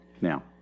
Now